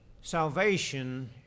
Salvation